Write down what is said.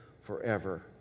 forever